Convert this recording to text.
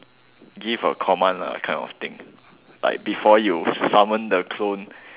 give a command lah kind of thing like before you summon the clone